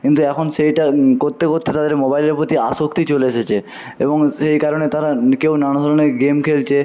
কিন্তু এখন সেইটা করতে করতে তাদের মোবাইলের প্রতি আসক্তি চলে এসেছে এবং সেই কারণে তারা কেউ নানা ধরনের গেম খেলছে